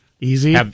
Easy